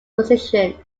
position